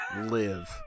Live